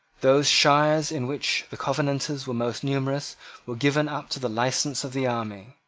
those shires in which the covenanters were most numerous were given up to the license of the army.